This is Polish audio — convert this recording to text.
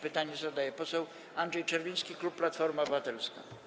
Pytanie zadaje poseł Andrzej Czerwiński, klub Platforma Obywatelska.